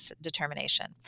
determination